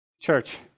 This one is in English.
Church